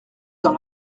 dans